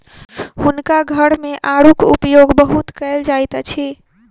हुनका घर मे आड़ूक उपयोग बहुत कयल जाइत अछि